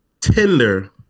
Tinder